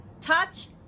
touch